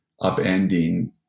upending